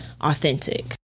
authentic